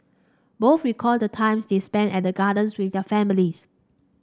both recalled the times they spent at the gardens with their families